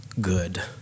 good